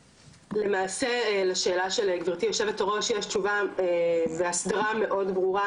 למעשה לשאלה של גברתי היו"ר יש תשובה והסדרה מאוד ברורה